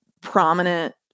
prominent